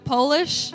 Polish